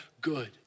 good